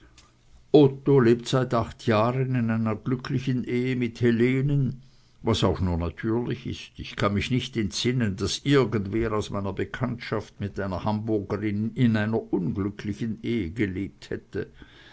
otto lebt seit acht jahren in einer glücklichen ehe mit helenen was auch nur natürlich ist ich kann mich nicht entsinnen daß irgendwer aus meiner bekanntschaft mit einer hamburgerin in einer unglücklichen ehe gelebt hätte